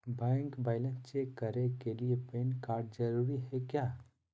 Bank balance check करने के लिए पैन कार्ड जरूरी है क्या?